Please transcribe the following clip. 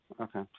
okay